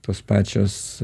tos pačios